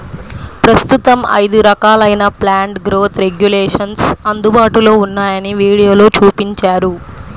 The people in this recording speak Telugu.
ప్రస్తుతం ఐదు రకాలైన ప్లాంట్ గ్రోత్ రెగ్యులేషన్స్ అందుబాటులో ఉన్నాయని వీడియోలో చూపించారు